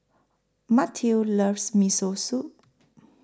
Mateo loves Miso Soup